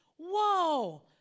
whoa